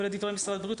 אבל לדברי משרד הבריאות,